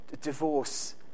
divorce